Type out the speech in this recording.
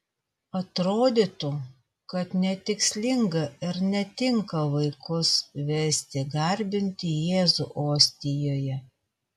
atrodytų kad netikslinga ir netinka vaikus vesti garbinti jėzų ostijoje